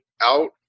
out